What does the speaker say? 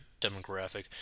demographic